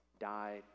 died